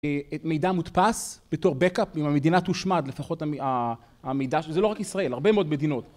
המידע מודפס בתור backup, אם המדינה תושמד לפחות המידע, זה לא רק ישראל, הרבה מאוד מדינות.